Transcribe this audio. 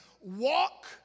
walk